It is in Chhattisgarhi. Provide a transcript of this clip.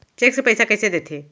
चेक से पइसा कइसे देथे?